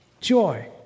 joy